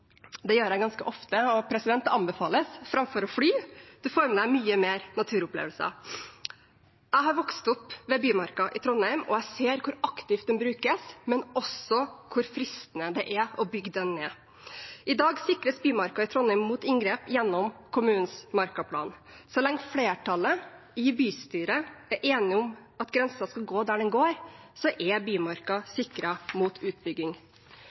Det gjør jeg ganske ofte, og det anbefales – framfor å fly. Man får med seg mange flere naturopplevelser. Jeg har vokst opp ved Bymarka i Trondheim, og jeg ser hvor aktivt den brukes, men også hvor fristende det er å bygge den ned. I dag sikres Bymarka i Trondheim mot inngrep gjennom kommunens markaplan. Så lenge flertallet i bystyret er enige om at grensen skal gå der den går, er Bymarka sikret mot utbygging.